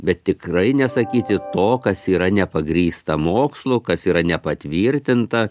bet tikrai nesakyti to kas yra nepagrįsta mokslu kas yra nepatvirtinta